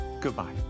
Goodbye